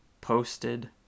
posted